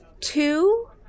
two